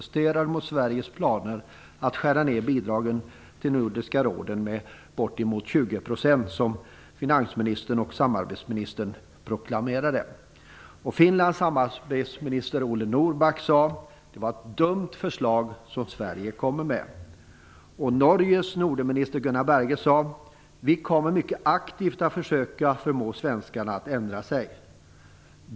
Sveriges planer att skära ned bidragen till Nordiska rådet med bortemot 20 %, som finansministern och samarbetsministern proklamerade. Finlands samarbetsminister Ole Norrback sade att det var ett dumt förslag som Sverige kom med. Norges Nordenminister Gunnar Berge sade: "Vi kommer mycket aktivt att försöka förmå svenskarna att ändra sig."